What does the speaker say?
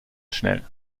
schnell